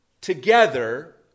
together